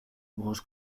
branche